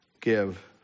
give